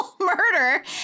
murder